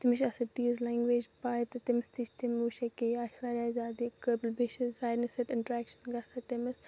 تٔمِس چھِ آسان تیٖژھ لَنگویج پاے تہٕ تٔمِس تہِ چھِ تِم وٕچھان کہِ ییٚکیاہ یہِ آسہِ واریاہ زیادٕ قٲبِل بیٚیہِ چھِ سارنٕے سۭتۍ اِنٹریٚکشَن گَژھان تٔمِس